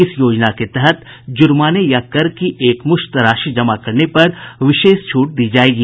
इस योजना के तहत जुर्माने या कर की एकमुश्त राशि जमा करने पर विशेष छूट दी जायेगी